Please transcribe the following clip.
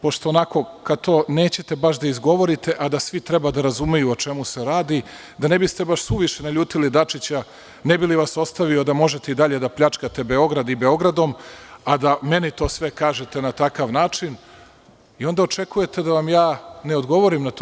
Pošto, onako, kad to nećete baš da izgovorite a da svi treba da razumeju o čemu se radi, da ne biste suviše naljutili Dačića, ne bi li vas ostavio i dalje da pljačkate Beograd i Beogradom a da meni to kažete na takav način, a onda očekujete da vam ja ne odgovorim na to.